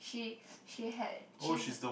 she she had she had